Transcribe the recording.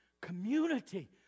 community